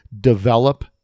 develop